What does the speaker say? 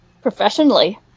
Professionally